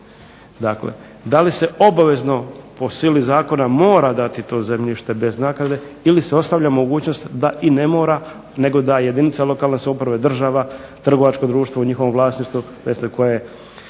dakle da li se obavezno po sili zakona mora dati to zemljište bez naknade, ili se ostavlja mogućnost da i ne mora, nego da jedinica lokalne samouprave, država, trgovačko društvo u njihovom vlasništvu …/Govornik